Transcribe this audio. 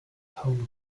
home